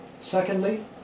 Secondly